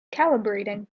calibrating